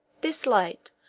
this light,